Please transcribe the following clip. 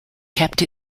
kept